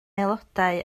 aelodau